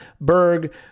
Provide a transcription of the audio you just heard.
Berg